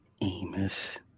Amos